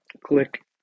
click